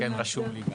כן, רשום לי.